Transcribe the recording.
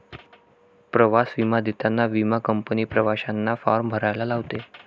प्रवास विमा देताना विमा कंपनी प्रवाशांना फॉर्म भरायला लावते